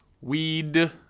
weed